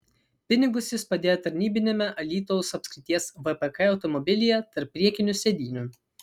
pinigus jis padėjo tarnybiniame alytaus apskrities vpk automobilyje tarp priekinių sėdynių